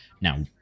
Now